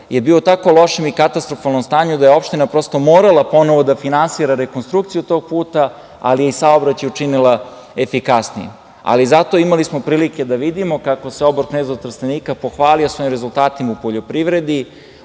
je bio u tako lošem i katastrofalnom stanju da je opština prosto morala ponovo da finansira rekonstrukciju tog puta, ali i saobraćaj učinila efikasnijim. Imali smo prilike da vidimo kako se obor-knez od Trstenika pohvalio svojim rezultatima u poljoprivredi,